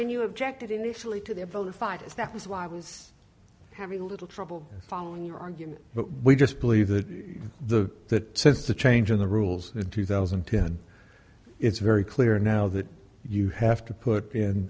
and you objected initially to their vilified is that was what i was having a little trouble following your argument but we just believe that the that since the change in the rules in two thousand and ten it's very clear now that you have to put in